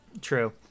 True